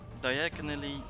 diagonally